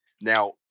now